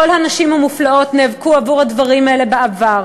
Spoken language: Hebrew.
כל הנשים המופלאות נאבקו עבור הדברים האלה בעבר,